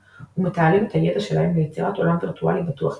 ומתעלים את הידע שלהם ליצירת עולם וירטואלי בטוח יותר,